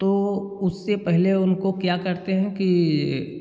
तो वो उससे पहले उनको क्या करते हैं कि